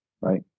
Right